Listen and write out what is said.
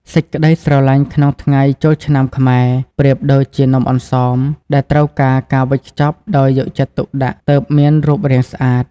សេចក្ដីស្រឡាញ់ក្នុងថ្ងៃចូលឆ្នាំខ្មែរ ប្រៀបដូចជា "នំអន្សម" ដែលត្រូវការការវេចខ្ចប់ដោយយកចិត្តទុកដាក់ទើបមានរូបរាងស្អាត។